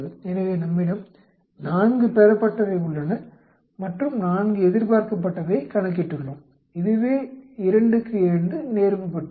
எனவே நம்மிடம் 4 பெறப்பட்டவை உள்ளன மற்றும் 4 எதிர்பார்க்கப்பட்டவையை கணக்கிட்டுள்ளோம் இதுவே 2 க்கு 2 நேர்வு பட்டியல்